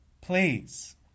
Please